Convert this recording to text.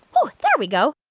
so there we go